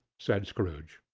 said scrooge,